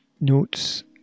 Notes